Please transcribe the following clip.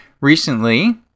Recently